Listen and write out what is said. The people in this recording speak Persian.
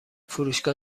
فروشگاه